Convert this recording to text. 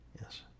yes